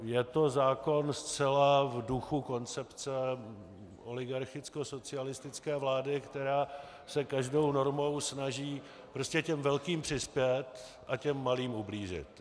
Je to zákon zcela v duchu koncepce oligarchickosocialistické vlády, která se každou normou snaží prostě těm velkým přispět a těm malým ublížit.